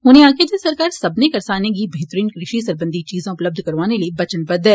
उने आक्खेआ जे सरकार सब्बनें करसानें गी बेहतरीन कृषि सरबंधी चीज़ा उपलब्ध करौआने लेई वचनबद्द ऐ